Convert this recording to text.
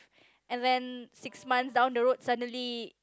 and then six months down the road suddenly